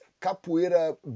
Capoeira